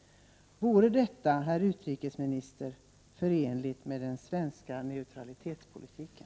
Vore detta, herr utrikesminister, förenligt med den svenska neutralitetspolitiken?